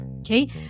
okay